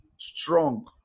strong